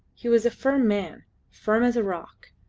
he was a firm man firm as a rock.